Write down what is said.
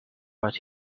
what